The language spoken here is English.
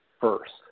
first